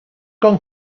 gone